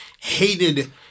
hated